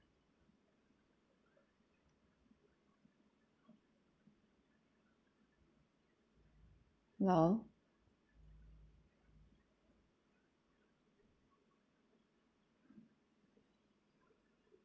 hello